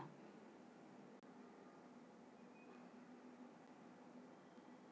माझी इच्छा नसताना सुद्धा मला एक लाख रुपयांचा निधी पाठवावा लागला